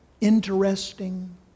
interesting